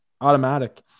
automatic